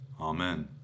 Amen